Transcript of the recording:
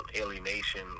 alienation